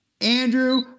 Andrew